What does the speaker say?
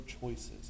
choices